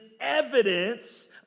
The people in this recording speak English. evidence